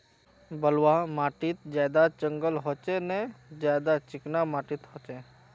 बलवाह माटित ज्यादा जंगल होचे ने ज्यादा चिकना माटित होचए?